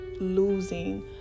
losing